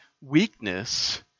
weakness